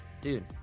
dude